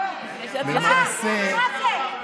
מה זה?